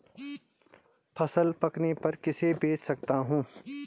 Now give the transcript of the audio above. फसल पकने पर किसे बेच सकता हूँ?